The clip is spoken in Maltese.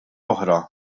oħra